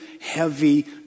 heavy